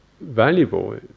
valuable